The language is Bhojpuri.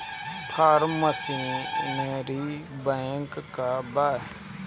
फार्म मशीनरी बैंक का बा?